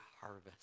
harvest